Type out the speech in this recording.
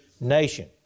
nation